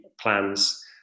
plans